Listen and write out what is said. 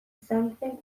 sanzen